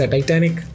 Titanic